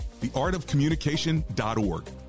theartofcommunication.org